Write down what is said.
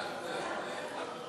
נתקבל.